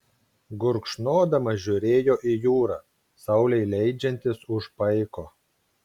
gurkšnodamas žiūrėjo į jūrą saulei leidžiantis už paiko